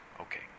Okay